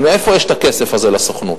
הרי מאיפה יש הכסף הזה לסוכנות?